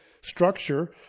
structure